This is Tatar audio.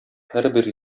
һәрбер